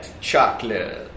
Chocolate